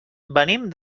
venim